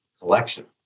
collection